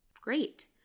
Great